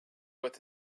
with